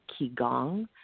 Qigong